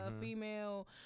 female